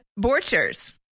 Borchers